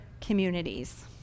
communities